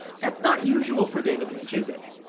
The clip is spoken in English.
that's not usual for david lynch, is it?